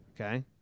Okay